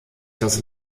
das